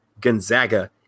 Gonzaga